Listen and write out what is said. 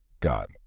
God